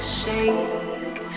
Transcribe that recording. shake